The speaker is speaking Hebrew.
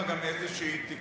שנייה,